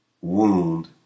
wound